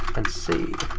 and c.